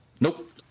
Nope